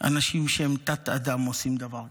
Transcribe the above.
אנשים תת-אדם עושים דבר כזה?